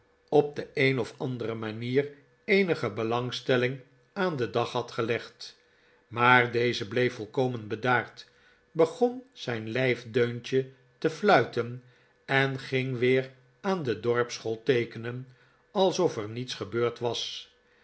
op de een of andere manier eenige belangstelling aan den dag had gelegd maar deze bleef volkomen bedaard begon zijn lijfdeuntje te fluiten en ging weer aan de dorpsschool teekenen alsof er niets gebeurd was